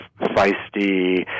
feisty